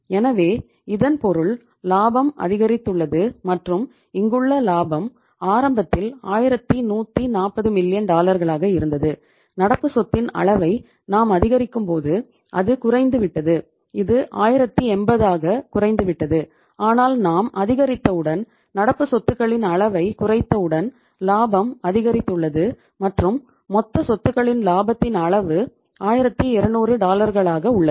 எனவே இதன் பொருள் லாபம் அதிகரித்துள்ளது மற்றும் இங்குள்ள லாபம் ஆரம்பத்தில் 1140 மில்லியன் உள்ளது